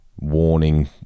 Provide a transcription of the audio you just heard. warning